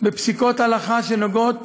בפסיקות הלכה שנוגעות